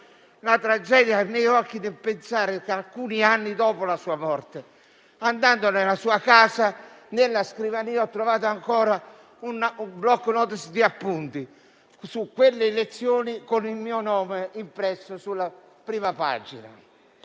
la tragedia ai miei occhi, quando alcuni anni dopo la sua morte, andando nella sua casa, sulla sua scrivania ho trovato un *bloc-notes* di appunti su quelle lezioni, con il mio nome impresso sulla prima pagina.